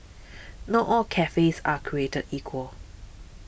not all cafes are created equal